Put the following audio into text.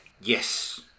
Yes